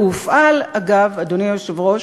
הוא הופעל, אגב, אדוני היושב-ראש,